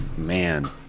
Man